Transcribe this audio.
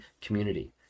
Community